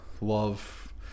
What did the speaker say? love